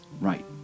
right